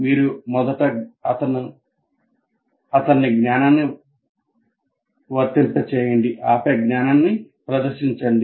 మీరు మొదట అతన్ని జ్ఞానాన్ని వర్తింపజేయండి ఆపై జ్ఞానాన్ని ప్రదర్శించండి